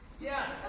Yes